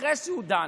אחרי שהוא דן,